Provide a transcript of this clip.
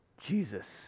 Jesus